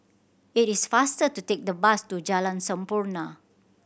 it is faster to take the bus to Jalan Sampurna